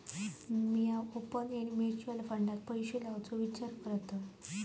मी open end mutual फंडात पैशे लावुचो विचार करतंय